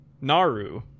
naru